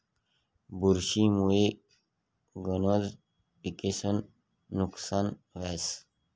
बुरशी मुये गनज पिकेस्नं नुकसान व्हस